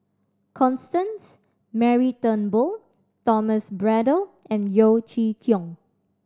Constance Mary Turnbull Thomas Braddell and Yeo Chee Kiong